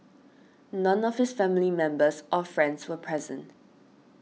none of his family members or friends were present